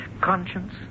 Conscience